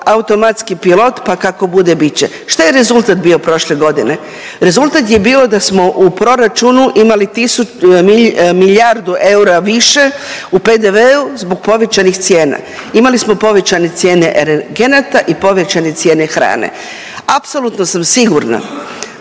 automatski pilot pa kako bude bit će. Što je rezultat bio prošle godine? Rezultat je bio da smo u proračunu imali milijardu eura više u PDV-u zbog povećanih cijena. Imali smo povećane cijene energenata i povećane cijene hrane. Apsolutno sam sigurna